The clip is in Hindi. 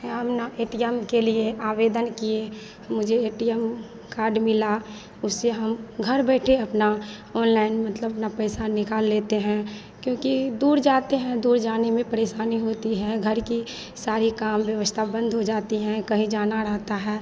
है हम ना ए टि यम के लिए आवेदन किए मुझे ए टी यम कार्ड मिला उससे हम घर बैठे अपना ऑनलाइन मतलब ना पैसा निकाल लेते हैं क्योंकि दूर जाते हैं दूर जाने में परेशानी होती हैं घर के सारे काम व्यवस्था बंद हो जाती है कहीं जाना रहता है